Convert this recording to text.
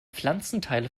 pflanzenteile